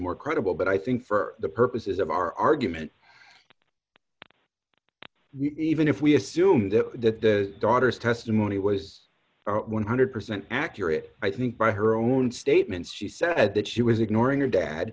more credible but i think for the purposes of our argument even if we assume that that the daughter's testimony was one hundred percent accurate i think by her own statements she said that she was ignoring her dad